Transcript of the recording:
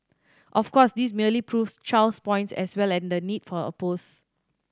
of course this merely proves Chow's point as well and the need for her post